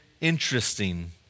interesting